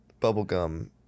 bubblegum